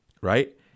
Right